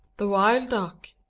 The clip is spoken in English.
the wild duck,